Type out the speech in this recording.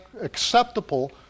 acceptable